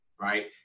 right